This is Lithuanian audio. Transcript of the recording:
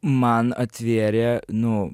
man atvėrė nu